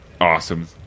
awesome